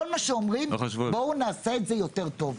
כול מה שאומרים זה בואו נעשה את זה יותר טוב.